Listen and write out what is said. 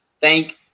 thank